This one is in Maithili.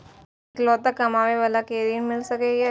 इकलोता कमाबे बाला के ऋण मिल सके ये?